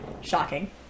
Shocking